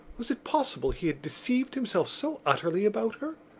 was it possible he had deceived himself so utterly about her?